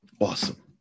awesome